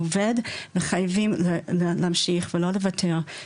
עובד וחייבים להמשיך ולא לוותר,